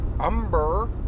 umber